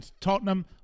Tottenham